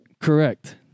Correct